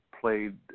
played